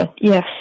Yes